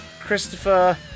Christopher